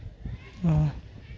ᱦᱩᱸ